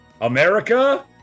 america